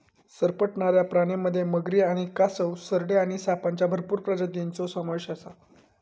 सरपटणाऱ्या प्राण्यांमध्ये मगरी आणि कासव, सरडे आणि सापांच्या भरपूर प्रजातींचो समावेश आसा